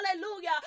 hallelujah